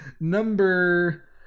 Number